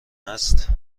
است